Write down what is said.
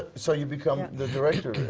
so you become the director,